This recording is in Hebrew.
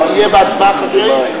ייבחרו בהצבעה חשאית,